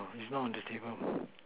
no it's not on the table